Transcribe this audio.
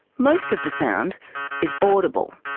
most of the sound is audible,